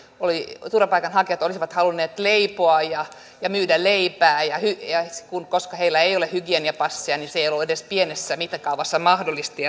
turvapaikanhakijat olisivat halunneet leipoa ja ja myydä leipää niin koska heillä ei ole hygieniapasseja se ei ollut edes pienessä mittakaavassa mahdollista